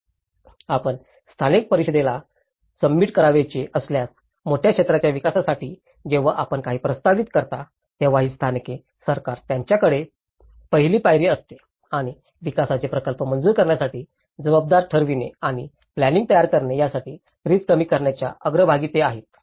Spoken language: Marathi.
आपण स्थानिक परिषदेला सबमिट करावयाचे असल्यास मोठ्या क्षेत्राच्या विकासासाठी जेव्हा आपण काही प्रस्तावित करता तेव्हा ही स्थानिक सरकार त्यांच्याकडे पहिली पायरी असते आणि विकासाचे प्रकल्प मंजूर करण्यासाठी जबाबदार ठरविणे आणि प्लॅनिंइंग तयार करणे यामधील रिस्क कमी करण्याच्या अग्रभागी ते आहेत